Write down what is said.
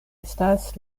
estas